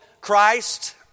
Christ